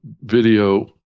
video